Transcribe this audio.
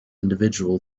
individual